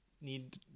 need